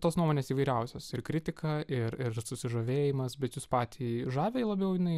tos nuomonės įvairiausios ir kritika ir ir ir susižavėjimas bet jus patį žavi labiau jinai